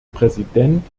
präsident